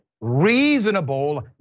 reasonable